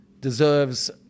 deserves